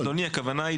אדוני, הכוונה היא